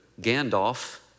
Gandalf